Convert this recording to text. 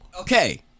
Okay